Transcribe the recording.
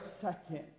second